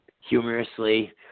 humorously